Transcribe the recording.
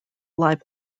live